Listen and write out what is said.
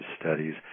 studies